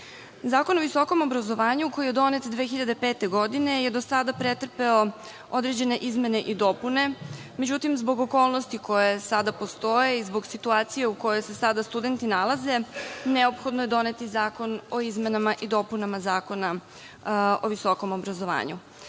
o visokom obrazovanju koji je donet 2005. godine je do sada pretrpeo određene izmene i dopune. Međutim, zbog okolnosti koje sada postoje i zbog situacije u kojoj se sada studenti nalaze neophodno je doneti zakon o izmenama i dopunama Zakona o visokom obrazovanju. Pre